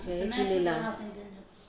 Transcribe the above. Jay Jhulelal